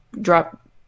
drop